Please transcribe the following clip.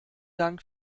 dank